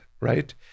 right